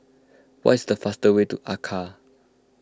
what is the fast way to Accra